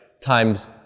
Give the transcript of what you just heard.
times